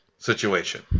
situation